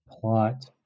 plot